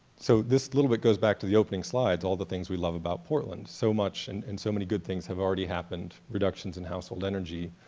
so this little bit goes back to the opening slides all the things we love about portland. so much and so many good things have already happened, reductions in household energy,